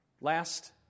Last